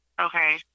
Okay